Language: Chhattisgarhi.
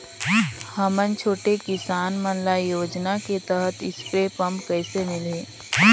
हमन छोटे किसान मन ल योजना के तहत स्प्रे पम्प कइसे मिलही?